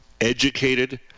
educated